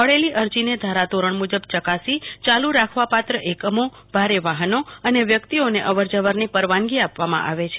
મળેલી અરજીને ધરધીઅરન મુજબ ચકાસી ચાલુ રાખવાપત્ર એકમો ભારે વાહનો અને વ્યક્તિઓને અવરજવરની પરવાનગી આપવામાં આવે છે